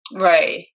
right